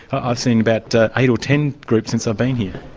i've seen about eight or ten groups since i've been here.